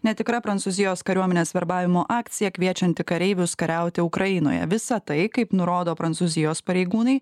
netikra prancūzijos kariuomenės verbavimo akcija kviečianti kareivius kariauti ukrainoje visą tai kaip nurodo prancūzijos pareigūnai